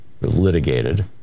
litigated